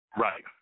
Right